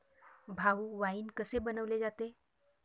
भाऊ, वाइन कसे बनवले जाते?